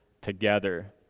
together